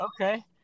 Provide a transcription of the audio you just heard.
Okay